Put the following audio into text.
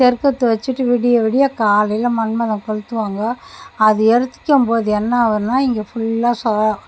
தெருக்கூத்து வெச்சுட்டு விடிய விடிய காலையில் மன்மதன் கொளுத்துவங்க அது எரிக்கும் போது என்ன ஆகுதுன்னா இங்கே ஃபுல்லாக சொப்பா